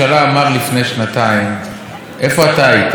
ידעת שאתה צריך את זה בשביל הסמכויות שלך.